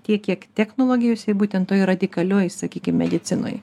tiek kiek technologijose būtent toj radikalioj sakykim medicinoj